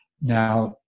Now